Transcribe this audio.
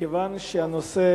אדוני היושב-ראש, מכיוון שהנושא